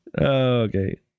Okay